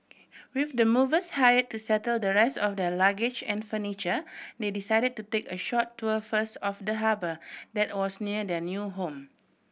with the movers hire to settle the rest of their luggage and furniture they decided to take a short tour first of the harbour that was near their new home